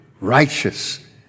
righteous